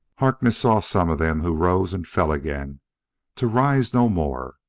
harkness saw some of them who rose and fell again to rise no more,